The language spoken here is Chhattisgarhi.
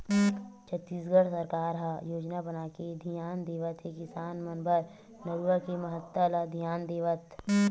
छत्तीसगढ़ सरकार ह योजना बनाके धियान देवत हे किसान मन बर नरूवा के महत्ता ल धियान देवत